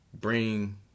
bring